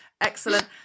Excellent